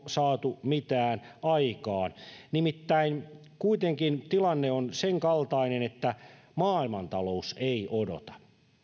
saatu mitään aikaan nimittäin kuitenkin tilanne on sen kaltainen että maailmantalous ei odota